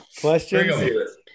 questions